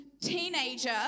teenager